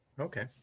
Okay